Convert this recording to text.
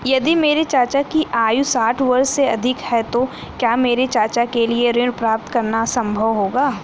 यदि मेरे चाचा की आयु साठ वर्ष से अधिक है तो क्या मेरे चाचा के लिए ऋण प्राप्त करना संभव होगा?